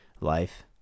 life